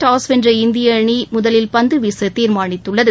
toss வென்ற இந்திய அணி முதலில் பந்துவீச தீர்மானித்துள்ளது